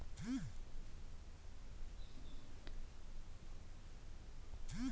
ಜಮೀನಿನಲ್ಲಿ ಸಮಸ್ಯೆ ಉಂಟುಮಾಡೋ ಕಳೆ ಹೊರತಾಗಿ ಜೀವಿಗಳಲ್ಲಿ ಶಿಲೀಂದ್ರ ಹಾಗೂ ಬ್ಯಾಕ್ಟೀರಿಯಗಳು ಸೇರಯ್ತೆ